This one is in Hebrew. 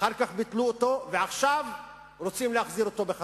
אחר כך ביטלו אותו, ועכשיו רוצים להחזיר אותו.